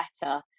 better